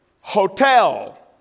hotel